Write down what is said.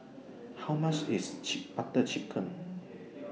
How much IS chick Butter Chicken